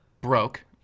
broke